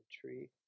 tree